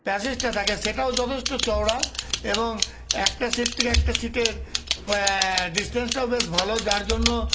প্যাসেজটা থাকে সেটাও যথেষ্ট চওড়া এবং একটা সীট থেকে একটা সীটের ডিস্টেন্সটাও বেশ ভালো যার জন্য